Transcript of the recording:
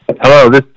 Hello